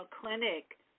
clinic